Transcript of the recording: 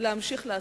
להמשיך לעשות,